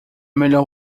melhor